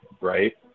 Right